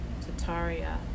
tataria